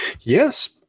Yes